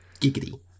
giggity